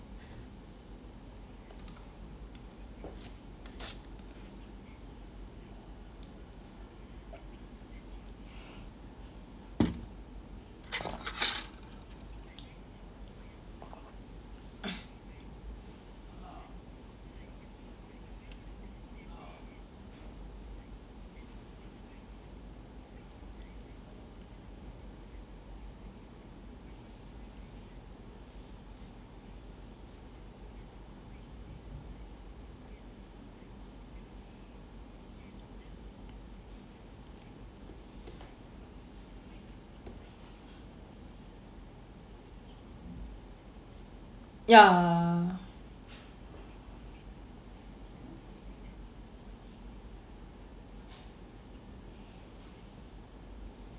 ya